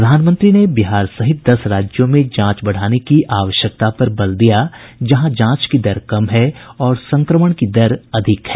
प्रधानमंत्री ने बिहार सहित दस राज्यों में जांच बढ़ाने की आवश्यकता पर बल दिया जहां जांच की दर कम है और संक्रमण की दर अधिक है